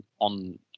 on